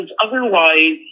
otherwise